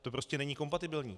To prostě není kompatibilní.